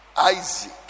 Isaac